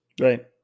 Right